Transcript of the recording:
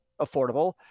affordable